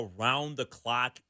around-the-clock